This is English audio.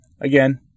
Again